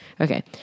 Okay